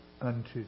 unto